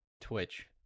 Twitch